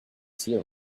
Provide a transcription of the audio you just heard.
tea